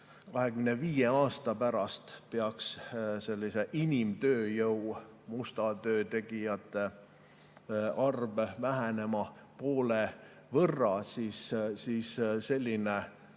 20–25 aasta pärast sellise inimtööjõu, musta töö tegijate arv vähenema poole võrra, siis [meie